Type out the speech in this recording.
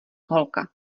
holka